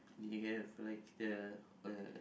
we can have like the uh